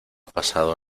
pasado